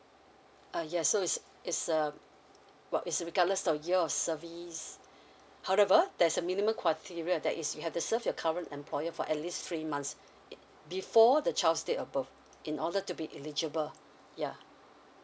uh yes so it's is a well is regardless of year of service however there's a minimum criteria that is you have to serve your current employer for at least three months before the child's date of birth in order to be eligible yeah